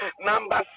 Number